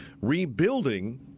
rebuilding